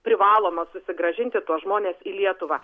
privaloma susigrąžinti tuos žmones į lietuvą